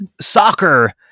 Soccer